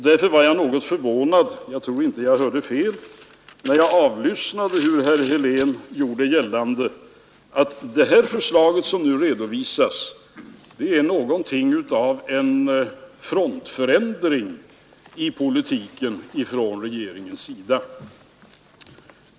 Därför var jag något förvånad — jag tror inte att jag hörde fel — när jag avlyssnade hur herr Helén gjorde gällande att det förslag som nu redovisas är någonting av en frontförändring i politiken från regeringens sida.